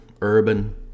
urban